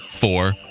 four